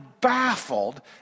baffled